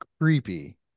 creepy